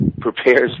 prepares